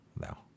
No